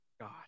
God